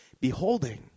beholding